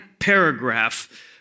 paragraph